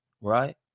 right